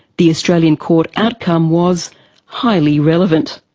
the australian court outcome was highly relevant.